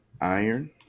iron